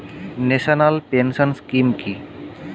National pension scheme কি?